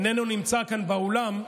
איננו נמצא כאן באולם: